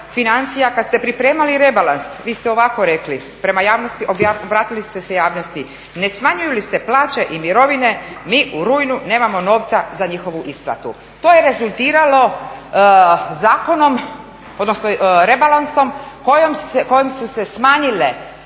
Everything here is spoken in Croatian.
financija, kada ste pripremali rebalans vi ste ovako rekli, obratili ste se javnosti "Ne smanjuju li se plaće i mirovine mi u rujnu nemamo novca za njihovu isplatu." To je rezultiralo zakonom, odnosno rebalansom kojim su se smanjile